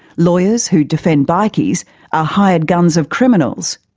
lawyers who defend bikies are hired guns of criminals.